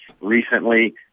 recently